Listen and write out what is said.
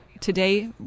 today